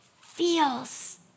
feels